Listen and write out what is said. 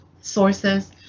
sources